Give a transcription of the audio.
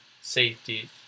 Safety